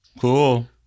Cool